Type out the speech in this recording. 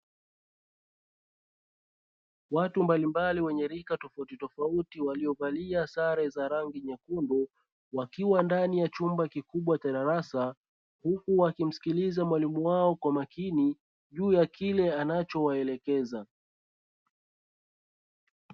Watu mbalimbali wenye rika tofautitofauti waliovalia sare za rangi nyekundu, wakiwa ndani ya chumba kikubwa cha darasa, huku wakimsikiliza mwalimu wao kwa makini juu ya kile anachowaelekeza.